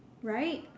right